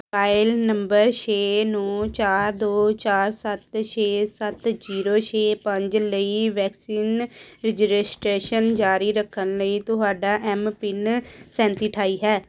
mobile number ਛੇ ਨੌ ਚਾਰ ਦੋ ਚਾਰ ਸੱਤ ਛੇ ਸੱਤ ਜ਼ੀਰੋ ਛੇ ਪੰਜ ਲਈ ਵੈਕਸੀਨ ਰਜਿਰਸਟੇਸ਼ਨ ਜਾਰੀ ਰੱਖਣ ਲਈ ਤੁਹਾਡਾ ਐੱਮਪਿੰਨ ਸੈਂਤੀ ਅਠਾਈ ਹੈ